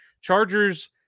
Chargers